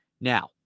Now